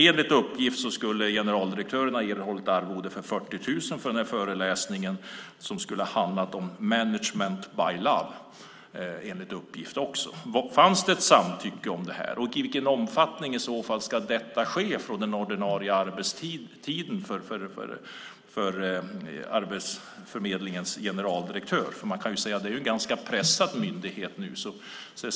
Enligt uppgift ska generaldirektören ha erhållit ett arvode om 40 000 från en föreläsning som skulle ha handlat om "Management by love". Fanns det ett samtycke om detta? I vilken omfattning ska det kunna ske under den ordinarie arbetstiden för Arbetsförmedlingens generaldirektör? Det är en ganska pressad myndighet.